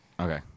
Okay